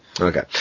Okay